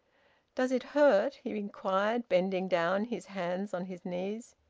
does it hurt? he inquired, bending down, his hands on his knees.